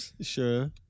Sure